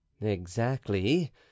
Exactly